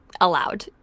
allowed